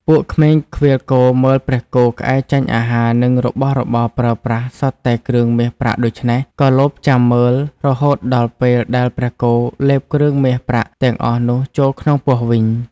ពួកក្មេងឃ្វាលគោលបមើលព្រះគោក្អែចេញអាហារនិងរបស់របរប្រើប្រាស់សុទ្ធតែគ្រឿងមាសប្រាក់ដូច្នេះ ក៏លបចាំមើលរហូតដល់ពេលដែលព្រះគោលេបគ្រឿងមាសប្រាក់ទាំងអស់នោះចូលក្នុងពោះវិញ ។